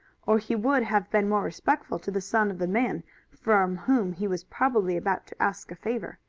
or he would have been more respectful to the son of the man from whom he was probably about to ask a favor.